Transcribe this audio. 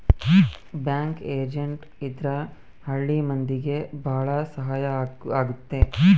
bank agent ಇದ್ರ ಹಳ್ಳಿ ಮಂದಿಗೆ ಭಾಳ ಸಹಾಯ ಆಗುತ್ತೆ